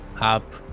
up